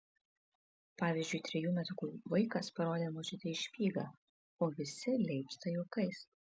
pavyzdžiui trejų metukų vaikas parodė močiutei špygą o visi leipsta juokais